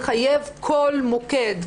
לחייב כל מוקד,